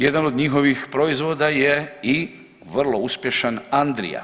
Jedan od njihovih proizvoda je i vrlo uspješan Andrija.